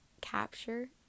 capture